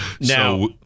now